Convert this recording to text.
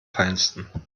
feinsten